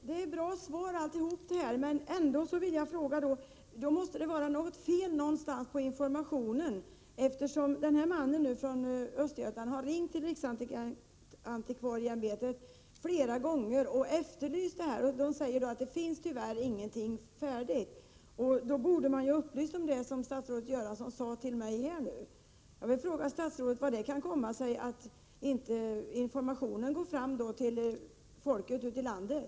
Herr talman! Allt detta är ett bra svar, men jag vill ändå fråga om det inte är något fel på informationen? Den här mannen från Östergötland har ringt riksantikvarieämbetet flera gånger och efterlyst denna utvärdering. Riksantikvarieämbetet svarar att det tyvärr inte finns någonting färdigt. Riksantikvarieämbetet borde då ha upplyst om det som statsrådet Göransson nu har sagt till mig. Hur kan det komma sig att informationen inte kommer fram till folket ute i landet?